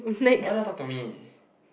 why not talk to me